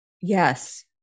Yes